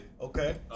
Okay